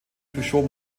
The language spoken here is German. peugeot